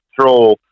throw